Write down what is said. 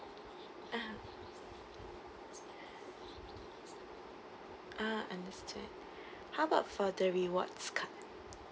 ah ah understand how about for the rewards card